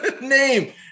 Name